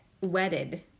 wedded